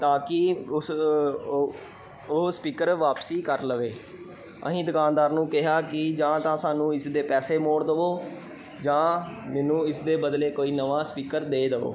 ਤਾਂ ਕਿ ਉਸ ਉਹ ਉਹ ਸਪੀਕਰ ਵਾਪਸੀ ਕਰ ਲਵੇ ਅਸੀਂ ਦੁਕਾਨਦਾਰ ਨੂੰ ਕਿਹਾ ਕਿ ਜਾਂ ਤਾਂ ਸਾਨੂੰ ਇਸ ਦੇ ਪੈਸੇ ਮੋੜ ਦੇਵੋ ਜਾਂ ਮੈਨੂੰ ਇਸ ਦੇ ਬਦਲੇ ਕੋਈ ਨਵਾਂ ਸਪੀਕਰ ਦੇ ਦੇਵੋ